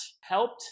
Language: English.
helped